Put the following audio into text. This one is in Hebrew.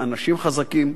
אנשים חזקים,